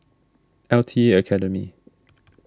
L T A Academy